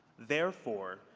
therefore,